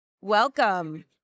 Welcome